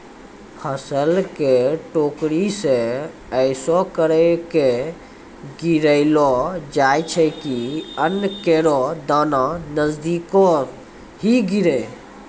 फसल क टोकरी सें ऐसें करि के गिरैलो जाय छै कि अन्न केरो दाना नजदीके ही गिरे